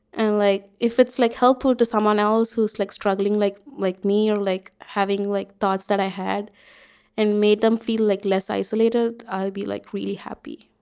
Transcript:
and like, if it's like, helpful to someone else who's like struggling like like me or like having like thoughts that i had and made them feel like less isolated, i'll be, like, really happy